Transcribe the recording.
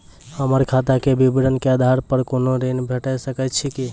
हमर खाता के विवरण के आधार प कुनू ऋण भेट सकै छै की?